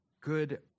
good